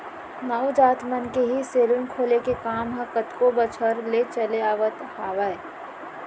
नाऊ जात मन के ही सेलून खोले के काम ह कतको बछर ले चले आवत हावय